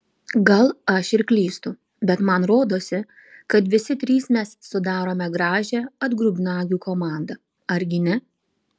gal aš ir klystu bet man rodosi kad visi trys mes sudarome gražią atgrubnagių komandą argi ne